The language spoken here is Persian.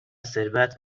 ثروت